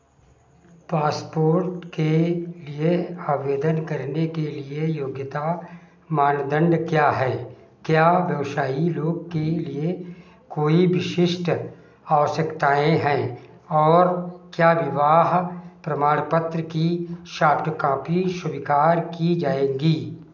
passport के लिए आवेदन करने के लिए योग्यता मानदंड क्या हैं क्या व्यवसायी लोग के लिए कोई विशिष्ट आवश्यकताएँ हैं और क्या विवाह प्रमाणपत्र की शाफ्ट कॉपी स्वीकार की जाएगी